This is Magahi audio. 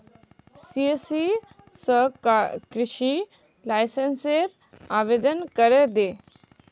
सिएससी स कृषि लाइसेंसेर आवेदन करे दे